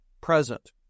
present